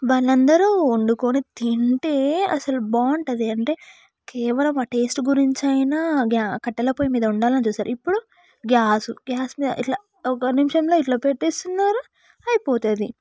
వాళ్ళందరు వండుకొని తింటే అసలు బాగుంటుంది అంటే కేవలం ఆ టేస్ట్ గురించి అయినా గ్యా కట్టెల పొయ్యి మీద వండాలని చూస్తారు ఇప్పుడు గ్యాస్ గ్యాస్ మీద ఇట్లా ఒక నిమిషంలో ఇట్లా పెట్టేస్తున్నారు అయిపోతుంది